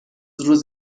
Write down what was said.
روز